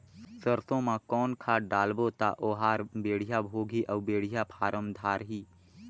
सरसो मा कौन खाद लगाबो ता ओहार बेडिया भोगही अउ बेडिया फारम धारही?